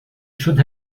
should